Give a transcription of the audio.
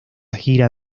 gira